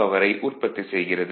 பவரை உற்பத்தி செய்கிறது